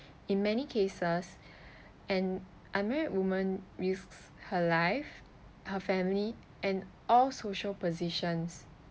in many cases an unmarried woman risks her life her family and all social positions